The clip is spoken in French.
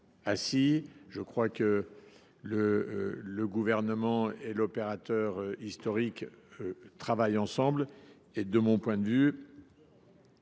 sûr ! Le Gouvernement et l’opérateur historique travaillent ensemble et, de mon point de vue,